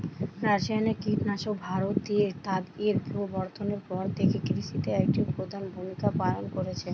রাসায়নিক কীটনাশক ভারতে তাদের প্রবর্তনের পর থেকে কৃষিতে একটি প্রধান ভূমিকা পালন করেছে